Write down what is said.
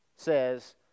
Says